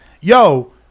Yo